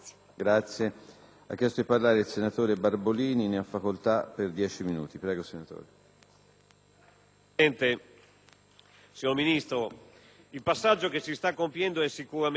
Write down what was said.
il passaggio che si sta compiendo è sicuramente rilevante.